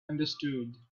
understood